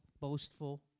boastful